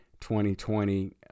2020